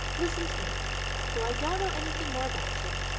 listen to me though i don't know anything more about you,